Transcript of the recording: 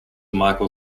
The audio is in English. michael